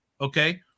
okay